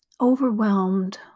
overwhelmed